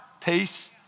peace